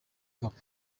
gabon